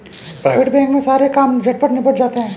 private bank में सारे काम झटपट निबट जाते हैं